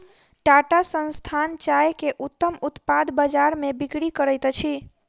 टाटा संस्थान चाय के उत्तम उत्पाद बजार में बिक्री करैत अछि